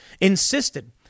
insisted